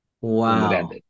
Wow